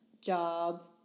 job